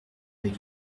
avec